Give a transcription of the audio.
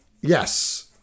Yes